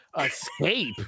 Escape